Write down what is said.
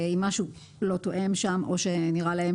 אם משהו לא תואם שם או שנראה להם